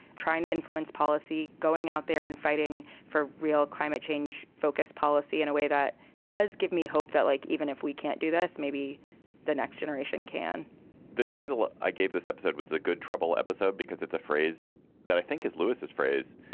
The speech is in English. trying to influence policy, going out there and fighting for real. climate change focus policy in a way that does give me hope that like even if we can't do this, maybe the next generation can the title i gave this episode with the good trouble episode, because it's a phrase that i think is lewis's phrase.